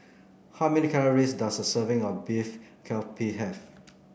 how many calories does a serving of Beef Galbi have